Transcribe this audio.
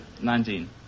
Nineteen